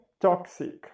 toxic